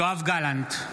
(קורא בשמות חברי הכנסת) יואב גלנט,